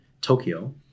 Tokyo